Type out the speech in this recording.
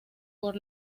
por